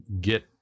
get